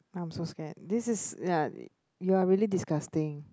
I'm so scared this is ya you're really disgusting